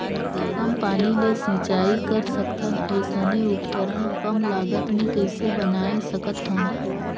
कम पानी ले सिंचाई कर सकथन अइसने उपकरण कम लागत मे कइसे बनाय सकत हन?